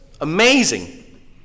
Amazing